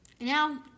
Now